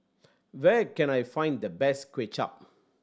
where can I find the best Kway Chap